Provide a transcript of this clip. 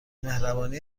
مهربانی